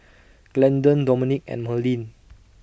Glendon Domenic and Merlyn